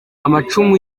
amacumu